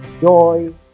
joy